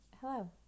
Hello